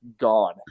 gone